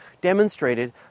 demonstrated